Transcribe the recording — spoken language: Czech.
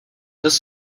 dost